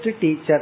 teacher